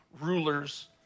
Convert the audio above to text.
rulers